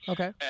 Okay